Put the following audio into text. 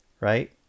Right